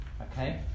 Okay